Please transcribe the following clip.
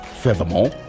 Furthermore